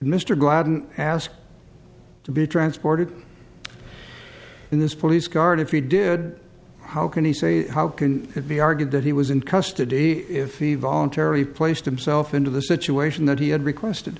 mr gladden ask to be transported in this police guard if he did how can he say how can it be argued that he was in custody if he voluntarily placed himself into the situation that he had requested